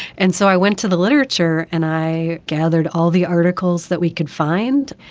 and so i went to the literature and i gathered all the articles that we could find.